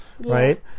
Right